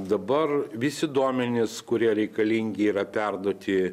dabar visi duomenys kurie reikalingi yra perduoti